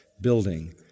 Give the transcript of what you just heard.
building